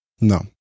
No